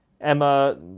Emma